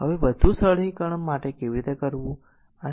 હવે વધુ સરળીકરણ માટે કેવી રીતે કરવું